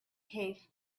case